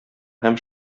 һәм